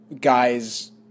guys